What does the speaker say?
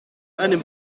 einem